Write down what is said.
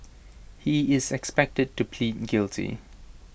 he is expected to plead guilty